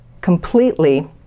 completely